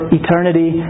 eternity